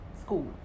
school